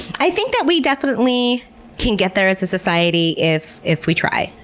i think that we definitely can get there as a society if if we try.